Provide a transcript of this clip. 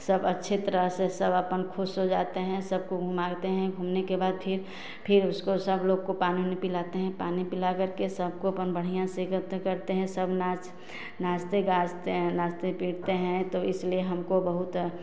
सब अच्छी तरह से सब अपने खुश हो जाते हैं सबको घुमाते हैं घूमने के बाद फिर फिर उसको सब लोग को पानी उनी पिलाते हैं पानी पिला करके सबको अपन बढ़ियाँ से करते हैं सब नाच नाचते गाचते हैं नाचते पिटते हैं तो इसीलिए हमको बहुत